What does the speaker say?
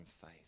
faith